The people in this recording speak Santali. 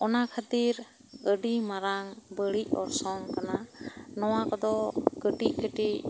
ᱚᱱᱟ ᱠᱷᱟᱹᱛᱤᱨ ᱟᱹᱰᱤ ᱢᱟᱨᱟᱝ ᱵᱟᱹᱲᱤᱡ ᱚᱨᱥᱚᱝ ᱠᱟᱱᱟ ᱱᱚᱣᱟ ᱠᱚᱫᱚ ᱠᱟᱹᱴᱤᱡ ᱠᱟᱹᱴᱤᱡ